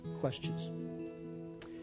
questions